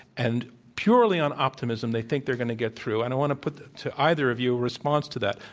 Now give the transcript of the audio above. and purely on optimism, they think they're going to get through. and i want to put to either of you a response to that,